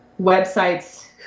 websites